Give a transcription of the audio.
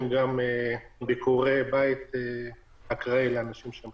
גם ביקורי בית אקראיים לאנשים עם קורונה חיובי.